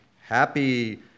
Happy